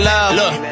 Look